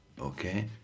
okay